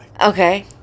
Okay